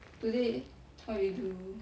today what you do